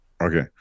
Okay